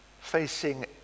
facing